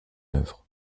œuvre